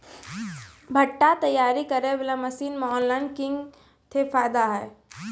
भुट्टा तैयारी करें बाला मसीन मे ऑनलाइन किंग थे फायदा हे?